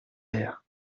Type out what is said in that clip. l’air